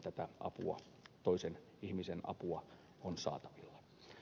tätä toisen ihmisen apua on saatavilla